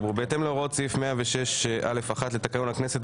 בהתאם להוראות סעיף 106(א)(1) לתקנון הכנסת,